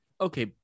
okay